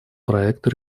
проекту